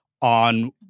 on